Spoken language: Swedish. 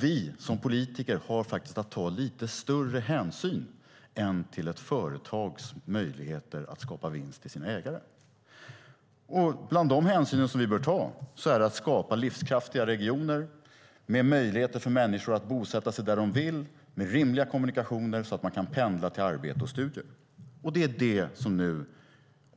Vi som politiker har att ta lite större hänsyn än till ett företags möjligheter att skapa vinst till sina ägare. Bland de hänsyn som vi bör ta är att skapa livskraftiga regioner med möjligheter för människor att bosätta sig där de vill med rimliga kommunikationer så att de kan pendla till arbete och studier. Det är vad som